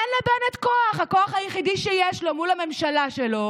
אין לבנט כוח, הכוח היחידי שיש לו מול הממשלה שלו